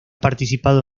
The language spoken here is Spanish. participado